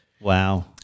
Wow